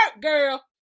girl